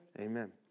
Amen